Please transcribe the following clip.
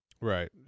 Right